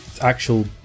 actual